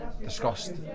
discussed